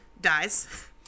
dies